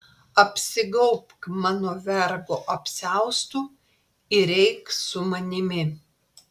apsigaubk mano vergo apsiaustu ir eik su manimi